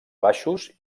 baixos